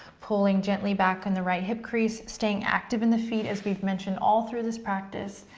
pulling gently back in the right hip crease, staying active in the feet as we've mentioned all through this practice.